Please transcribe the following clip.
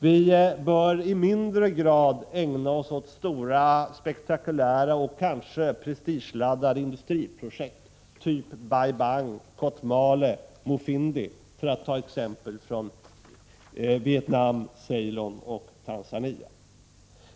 Vi bör i mindre grad ägna oss åt stora, spektakulära och kanske prestigeladdade industriprojekt, typ Baibang, Kotmale och Mofindi, för att ta exempel från Vietnam, Ceylon och Tanzania.